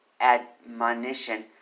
admonition